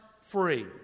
free